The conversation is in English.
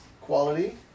quality